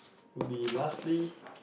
will be lastly